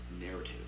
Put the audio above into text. narrative